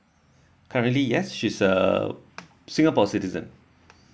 currently yes she's uh singapore citizen